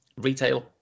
retail